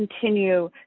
continue